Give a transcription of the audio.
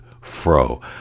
fro